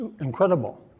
incredible